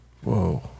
Whoa